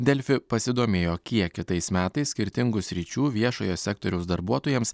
delfi pasidomėjo kiek kitais metais skirtingų sričių viešojo sektoriaus darbuotojams